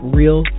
real